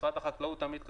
משרד החקלאות תמיד קשוב.